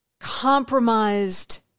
compromised